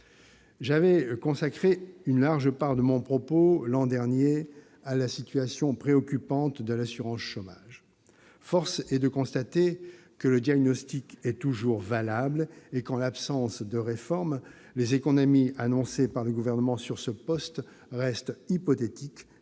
j'avais consacré une large part de mon propos à la situation préoccupante de l'assurance chômage. Force est de le constater, le diagnostic est toujours valable et, en l'absence de réforme, les économies annoncées par le Gouvernement sur ce poste restent hypothétiques,